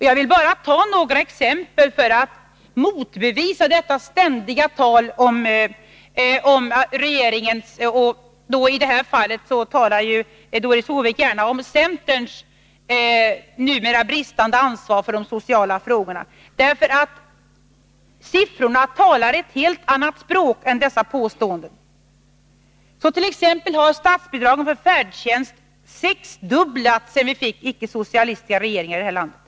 Jag vill bara ta några exempel för att motbevisa detta ständiga tal om regeringens — och i detta fall talar Doris Håvik gärna om centerns — numera bristande ansvar för de sociala frågorna, ty siffrorna talar ett helt annat språk än vad som kommit till uttryck i dessa påståenden. För att nämna några exempel vill jag framhålla att statsbidraget till färdtjänst har ökats sex gånger sedan vi fick den icke-socialistiska regeringen här i landet.